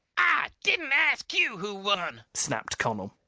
i didn't ask you who won! snapped connel.